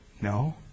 No